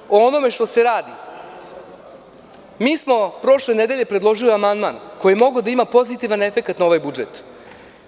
Kada govorimo o onome što se radi, mi smo prošle nedelje predložili amandman koji je mogao da ima pozitivan efekat na budžet,